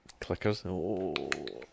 clickers